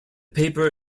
paper